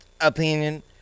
opinion